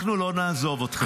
אנחנו לא נעזוב אתכם.